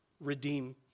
redeem